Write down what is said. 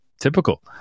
typical